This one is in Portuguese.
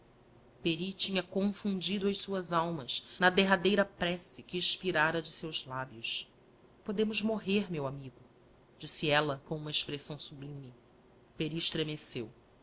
pery tinha confundido as suas almas na derradeira prece que expirara de seus lábios podemos morrer meu amigo disse ella com uma expressão sublime pery